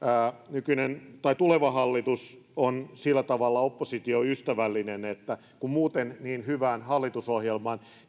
nykyinen tai tuleva hallitus on sillä tavalla oppositioystävällinen että muuten niin hyvään hallitusohjelmaan